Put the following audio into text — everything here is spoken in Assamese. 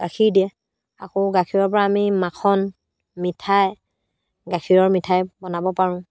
গাখীৰ দিয়ে আকৌ গাখীৰৰ পৰা আমি মাখন মিঠাই গাখীৰৰ মিঠাই বনাব পাৰোঁ